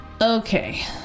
Okay